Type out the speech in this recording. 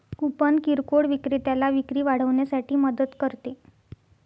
coupon किरकोळ विक्रेत्याला विक्री वाढवण्यासाठी मदत करते